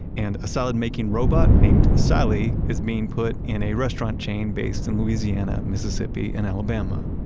and a salad making robot named sally is being put in a restaurant chain based in louisiana, mississippi, and alabama.